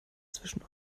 zwischen